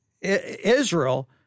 Israel